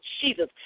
Jesus